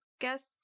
guess